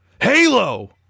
Halo